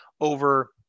over